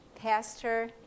Pastor